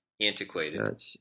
antiquated